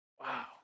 Wow